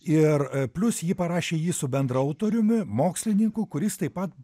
ir plius ji parašė jį su bendraautoriumi mokslininku kuris taip pat